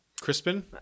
Crispin